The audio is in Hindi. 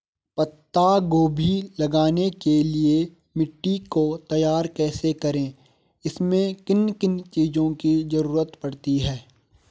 पत्ता गोभी लगाने के लिए मिट्टी को तैयार कैसे करें इसमें किन किन चीज़ों की जरूरत पड़ती है?